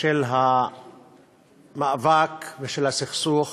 של המאבק ושל הסכסוך